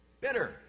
bitter